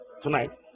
tonight